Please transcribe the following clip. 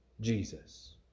Jesus